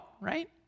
right